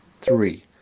three